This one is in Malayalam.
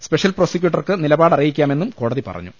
സ്പെഷ്യൽ പ്രോസിക്യൂട്ടർക്ക് നിലപാടറിയാക്കാമെന്നും കോടതി പറഞ്ഞു